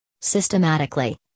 Systematically